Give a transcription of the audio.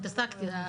התעסקתי,